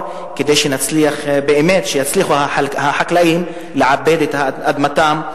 כדי שהחקלאים יצליחו לעבד את אדמתם,